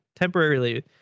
temporarily